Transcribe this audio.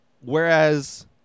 whereas